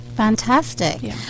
Fantastic